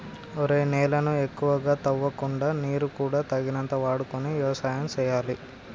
ఒరేయ్ నేలను ఎక్కువగా తవ్వకుండా నీరు కూడా తగినంత వాడుకొని యవసాయం సేయాలి